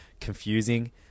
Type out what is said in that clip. confusing